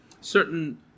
certain